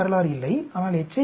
யின் வரலாறு இல்லை ஆனால் எச்